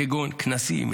כגון כנסים,